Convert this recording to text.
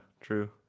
true